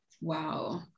wow